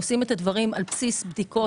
אנחנו עושים את הדברים על בסיס בדיקות,